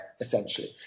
essentially